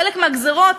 חלק מהגזירות,